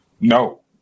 No